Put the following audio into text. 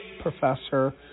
professor